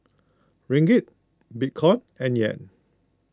Ringgit Bitcoin and Yen